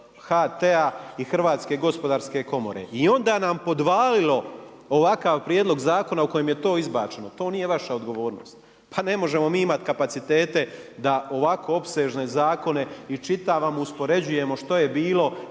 HT-a i HGK i onda nam podvalilo ovakav prijedlog zakona u kojem je to izbačeno, to nije vaša odgovornost. Pa ne možemo mi imati kapacitete da ovako opsežne zakone iščitavamo, uspoređujemo što je bilo,